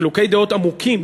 חילוקי דעות עמוקים,